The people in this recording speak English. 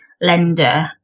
lender